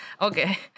Okay